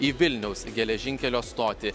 į vilniaus geležinkelio stotį